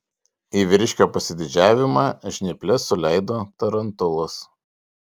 į vyriškio pasididžiavimą žnyples suleido tarantulas